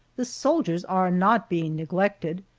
the soldiers are not being neglected.